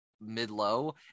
mid-low